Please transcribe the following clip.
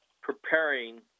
preparing